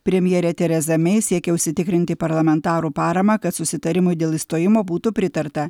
premjerė tereza mei siekia užsitikrinti parlamentarų paramą kad susitarimui dėl išstojimo būtų pritarta